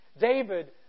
David